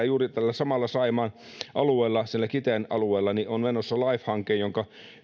juuri tällä samalla saimaan alueella siellä kiteen alueella on menossa life hanke jonka